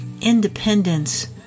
independence